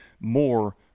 more